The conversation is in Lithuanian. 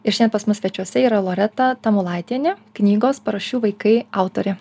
ir šiandien pas mus svečiuose yra loreta tamulaitienė knygos paraščių vaikai autorė